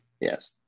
Yes